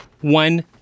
one